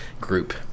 group